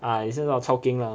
ah it's just chao keng lah